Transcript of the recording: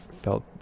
felt